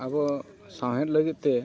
ᱟᱵᱚ ᱥᱟᱶᱦᱮᱫ ᱞᱟᱹᱜᱤᱫᱛᱮ